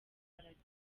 paradizo